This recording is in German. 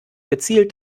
gezielt